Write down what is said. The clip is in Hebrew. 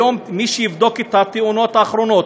היום מי שיבדוק את התאונות האחרונות,